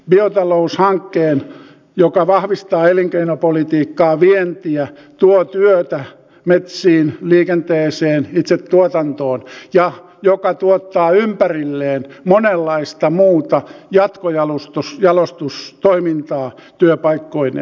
biotaloushankkeen joka vahvistaa elinkeinopolitiikkaa vientiä tuo työtä metsiin liikenteeseen itse tuotantoon ja joka tuottaa ympärilleen monenlaista muuta jatkojalostustoimintaa työpaikkoineen